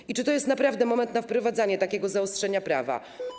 I czy to jest naprawdę moment na wprowadzanie takiego zaostrzenia prawa?